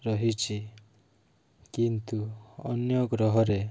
ରହିଛି କିନ୍ତୁ ଅନ୍ୟ ଗ୍ରହରେ